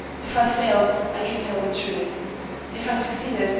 if i failed, i could tell the truth if i succeeded,